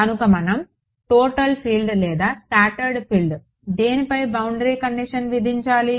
కనుక మనం total field లేదా స్కాటర్డ్ ఫీల్డ్ దేనిపై బౌండరీ కండిషన్ను విధించాలి